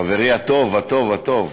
חברי הטוב הטוב הטוב